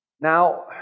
Now